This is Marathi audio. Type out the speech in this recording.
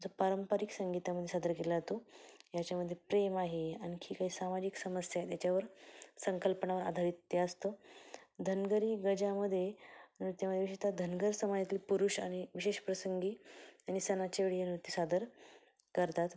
जो पारंपरिक संगीतामध्ये सादर केला जातो याच्यामध्ये प्रेम आहे आनखी काही सामाजिक समस्या आहेत त्याच्यावर संकल्पनावर आधारित ते असतं धनगरी गजामध्ये नृत्यामध्ये विशेषताः धनगर समाजातली पुरुष आणि विशेष प्रसंगी आणि सणाच्या वेळी हे नृत्य सादर करतात